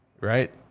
right